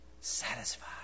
Satisfied